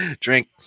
Drink